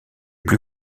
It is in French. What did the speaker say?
plus